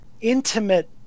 intimate